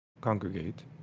congregate